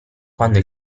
quando